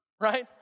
right